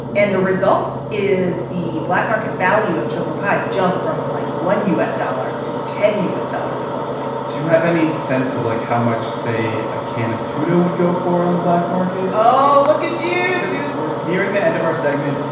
and the result is the black market value of choco pies jumped from, like, one u s. dollar to ten u s. dollars at one point do you have any sense of, like, how much, say, a can of tuna and would go for on the black market? oh, look at you do. we're nearing the end of our segment,